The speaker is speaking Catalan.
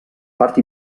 part